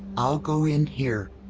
i'll go in here.